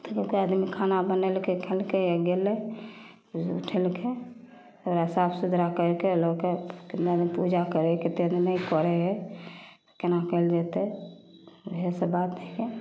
तऽ ओकर आदमी खाना बनेलकै खेलकै आओर गेलै उठेलकै ओकरा साफ सुथरा करिकऽ लोकके कतेक आदमी पूजा करै हइ कतेक आदमी नहि करै हइ कोना कएल जेतै वएहसब बात भऽ